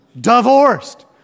Divorced